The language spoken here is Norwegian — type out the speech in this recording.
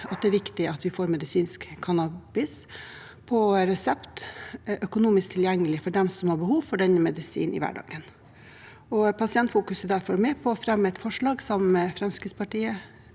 at det er viktig at medisinsk cannabis på resept blir økonomisk tilgjengelig for dem som har behov for denne medisinen i hverdagen. Pasientfokus er derfor med på å fremme følgende forslag sammen med Fremskrittspartiet,